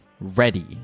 ready